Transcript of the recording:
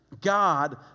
God